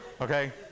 Okay